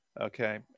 okay